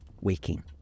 Waking